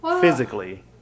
physically